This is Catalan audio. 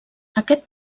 aquest